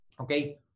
okay